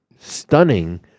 Stunning